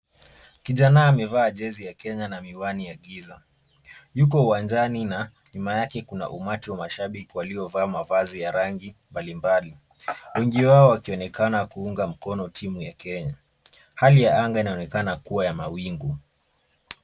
Kijana amevaa jezi ya Kenya na miwani ya giza. Yuko uwanjani na nyuma yake kuna umati wa mashabiki walio vaa mavazi ya rangi mbalimbali wengi wao wakionekana kuunga mkono timu ya Kenya. Hali ya anga inaonekana kua ya mawingu.